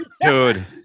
dude